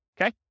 okay